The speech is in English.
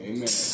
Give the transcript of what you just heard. Amen